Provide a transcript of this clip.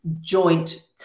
joint